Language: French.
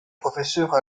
professeur